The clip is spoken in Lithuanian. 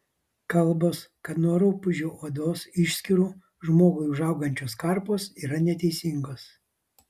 kalbos kad nuo rupūžių odos išskyrų žmogui užaugančios karpos yra neteisingos